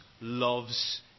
loves